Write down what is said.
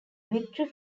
victory